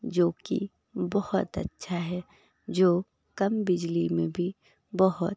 जो कि बहुत अच्छा है जो कम बिजली में भी बहुत